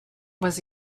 was